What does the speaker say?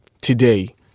today